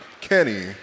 Kenny